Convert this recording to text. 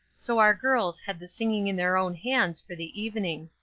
so our girls had the singing in their own hands for the evening.